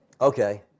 Okay